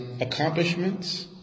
accomplishments